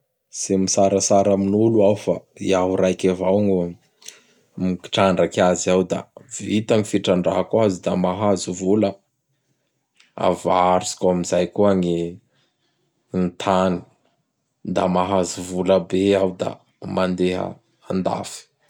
Tsy mitsaratsara am nolo aho fa iaho gno mitrandraky azy ao da vita gny fitrandrahako azy da mahazo vola. Avaritsiko am zay koa gny ny tany. Da mahazo volabe iaho da mandeha an-dafy.